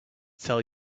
tell